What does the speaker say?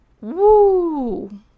Woo